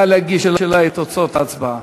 נא להגיש אלי את תוצאות ההצבעה.